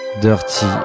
Dirty